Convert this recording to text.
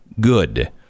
good